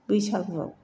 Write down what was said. बैसागुआव